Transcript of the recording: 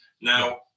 Now